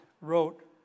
wrote